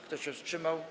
Kto się wstrzymał?